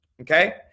Okay